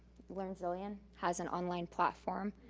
learn zillion has an online platform.